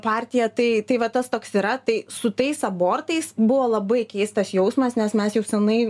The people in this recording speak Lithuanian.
partija tai tai va tas toks yra tai su tais abortais buvo labai keistas jausmas nes mes jau seniai